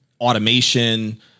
automation